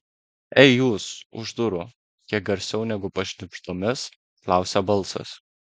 ei jūs už durų kiek garsiau negu pašnibždomis klausia balsas